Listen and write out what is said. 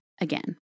again